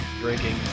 drinking